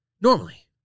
Normally